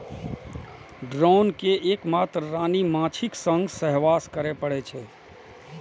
drone कें एक मात्र रानी माछीक संग सहवास करै पड़ै छै